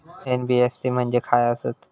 NBFC म्हणजे खाय आसत?